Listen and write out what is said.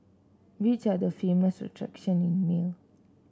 which are the famous attractions in Male